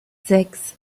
sechs